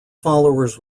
followers